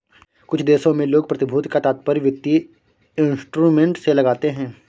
कुछ देशों में लोग प्रतिभूति का तात्पर्य वित्तीय इंस्ट्रूमेंट से लगाते हैं